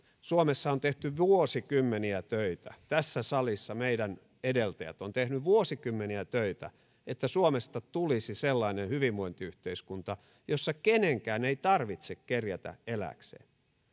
suomessa on tehty vuosikymmeniä töitä tässä salissa meidän edeltäjämme ovat tehneet vuosikymmeniä töitä että suomesta tulisi sellainen hyvinvointiyhteiskunta jossa kenenkään ei tarvitse kerjätä elääkseen